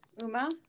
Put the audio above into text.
Uma